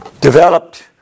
developed